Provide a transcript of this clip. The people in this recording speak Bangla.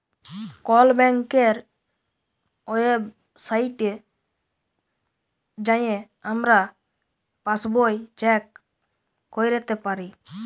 কল ব্যাংকের ওয়েবসাইটে যাঁয়ে আমরা পাসবই চ্যাক ক্যইরতে পারি